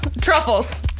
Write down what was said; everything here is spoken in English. truffles